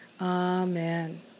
amen